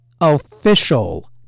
official